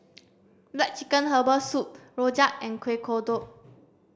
black chicken herbal soup Rojak and Kueh Kodok